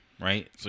right